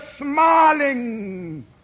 smiling